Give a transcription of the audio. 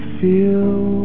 feel